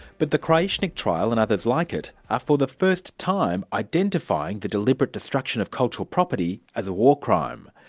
but the krajisnik trial, and others like it, are for the first time identifying the deliberate destruction of cultural property as a war crime.